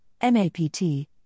MAPT